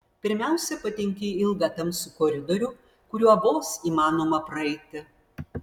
pirmiausia patenki į ilgą tamsų koridorių kuriuo vos įmanoma praeiti